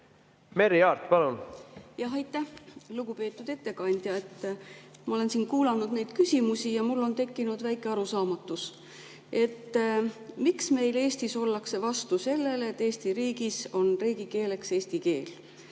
kohustus? Aitäh! Lugupeetud ettekandja! Ma olen siin kuulanud neid küsimusi ja mul on tekkinud väike arusaamatus, miks meil Eestis ollakse vastu sellele, et Eesti riigis on riigikeeleks eesti keel.